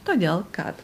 todėl kad